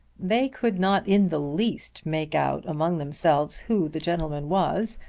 they could not in the least make out among themselves who the gentleman was,